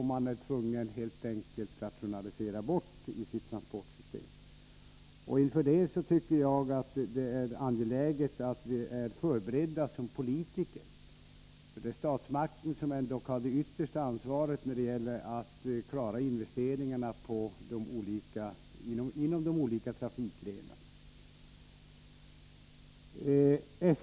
Man blir tvungen att helt enkelt rationalisera bort betydande belopp i sitt transportsystem. Jag tycker att det är angeläget att vi som politiker är förberedda på detta, för det är statsmakten som har det yttersta ansvaret när det gäller att klara investeringarna inom de olika trafikgrenarna.